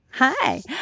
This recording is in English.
Hi